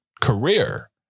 career